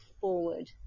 forward